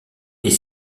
est